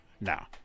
Now